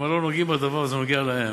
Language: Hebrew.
הם הלוא נוגעים בדבר הזה, זה מגיע להם.